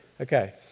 Okay